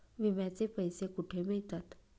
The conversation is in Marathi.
विम्याचे पैसे कुठे मिळतात?